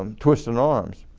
um twisting arms.